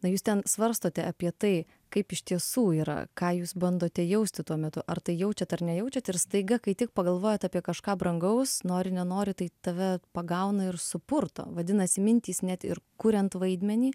na jūs ten svarstote apie tai kaip iš tiesų yra ką jūs bandote jausti tuo metu ar tai jaučiat ar nejaučiat ir staiga kai tik pagalvojat apie kažką brangaus nori nenori tai tave pagauna ir supurto vadinasi mintys net ir kuriant vaidmenį